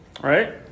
right